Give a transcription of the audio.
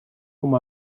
com